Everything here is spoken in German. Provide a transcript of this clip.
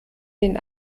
den